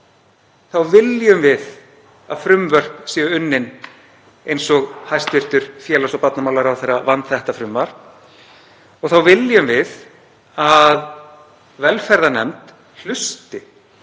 þá viljum við að frumvörp séu unnin eins og hæstv. félags- og barnamálaráðherra vann þetta frumvarp, þá viljum við að velferðarnefnd hlusti